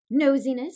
nosiness